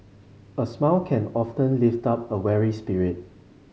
a smile can often lift up a weary spirit